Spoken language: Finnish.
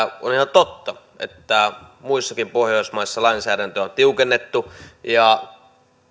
totta että muissakin pohjoismaissa lainsäädäntöä on tiukennettu ja